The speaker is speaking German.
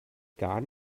gar